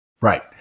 Right